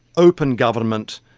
open government,